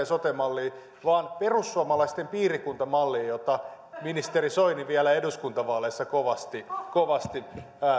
sote malliin vaan perussuomalaisten piirikuntamalliin jota ministeri soini vielä eduskuntavaaleissa kovasti kovasti